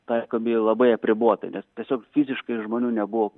taikomi labai apribotai nes tiesiog fiziškai žmonių nebuvo